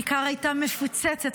הכיכר הייתה מפוצצת,